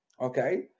okay